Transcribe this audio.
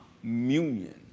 communion